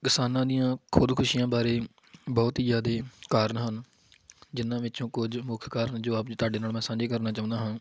ਕਿਸਾਨਾਂ ਦੀਆਂ ਖੁਦਕੁਸ਼ੀਆਂ ਬਾਰੇ ਬਹੁਤ ਹੀ ਜ਼ਿਆਦਾ ਕਾਰਨ ਹਨ ਜਿਨ੍ਹਾਂ ਵਿੱਚੋਂ ਕੁਝ ਮੁੱਖ ਕਾਰਨ ਜੋ ਆਪ ਜੀ ਤੁਹਾਡੇ ਨਾਲ ਮੈਂ ਸਾਂਝੇ ਕਰਨਾ ਚਾਹੁੰਦਾ ਹਾਂ